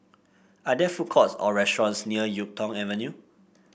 are there food courts or restaurants near YuK Tong Avenue